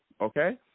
okay